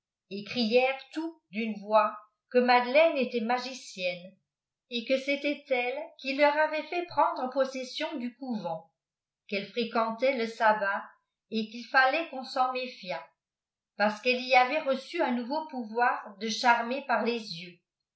et crièrent tout d'une voix que madeleine était magidenne et que c'était elle qui leur avait fait prendre possession du couvent qu'elle frévucnlait le sabbat et qu il fallait qu on s'en méfiât parce qu'elle y avait reçu un nouveau pouvoir de charmer par les yeux